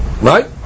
Right